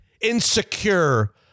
insecure